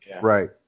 Right